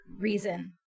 reason